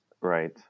Right